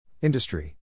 Industry